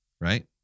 right